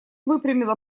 выпрямила